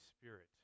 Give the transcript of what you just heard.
Spirit